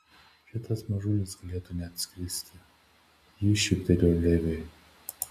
šitas mažulis galėtų net skristi ji šyptelėjo leviui